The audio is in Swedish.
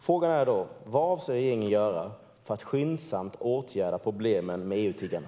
Frågan är: Vad avser regeringen att göra för att skyndsamt åtgärda problemen med EU-tiggarna?